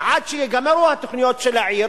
ועד שייגמרו התוכניות של העיר